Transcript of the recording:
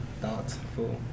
Thoughtful